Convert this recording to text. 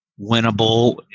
winnable